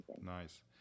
nice